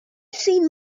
seen